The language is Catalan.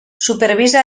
supervisa